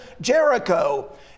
Jericho